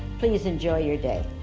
please enjoy your day.